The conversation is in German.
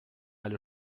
alle